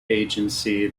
agency